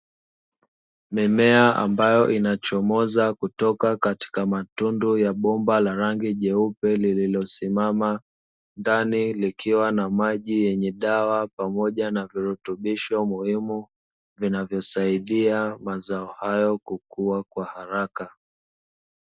mimea ambayo inachomoza kutoka katika matundu ya bomba la rangi jeupe lililosimama ndani likiwa na maji yenye dawa pamoja na virutubisho muhimu vinavyosahidia mazao hayo kukua kwa haraka.